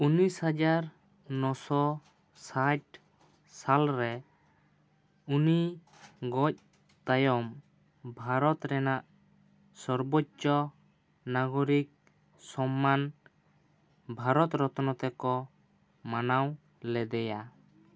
ᱩᱱᱤᱥ ᱦᱟᱡᱟᱨ ᱱᱚᱥᱚ ᱥᱟᱴ ᱥᱟᱞ ᱨᱮ ᱩᱱᱤ ᱜᱚᱡ ᱛᱟᱭᱚᱢ ᱵᱷᱟᱨᱚᱛ ᱨᱮᱱᱟᱜ ᱥᱚᱨᱵᱳᱪᱪᱚ ᱱᱟᱜᱚᱨᱤᱠ ᱥᱚᱢᱢᱟᱱ ᱵᱷᱟᱨᱚᱛ ᱨᱚᱛᱱᱚ ᱛᱮᱠᱚ ᱢᱟᱱᱟᱣ ᱞᱮᱫᱟᱮᱭᱟ